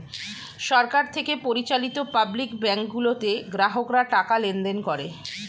সরকার থেকে পরিচালিত public bank গুলোতে গ্রাহকরা টাকা লেনদেন করে